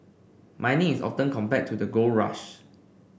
mining is often compared to the gold rush